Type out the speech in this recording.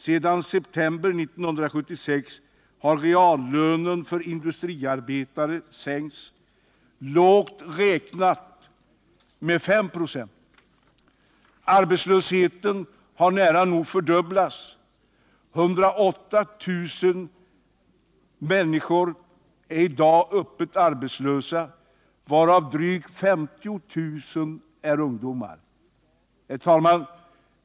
Sedan september 1976 har reallönen för industriarbetare sänkts, lågt räknat, med 5 96. Arbetslösheten har nära nog fördubblats. 108 000 människor är i dag öppet arbetslösa, varav drygt 50 000 är ungdomar. Herr talman!